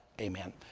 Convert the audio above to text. Amen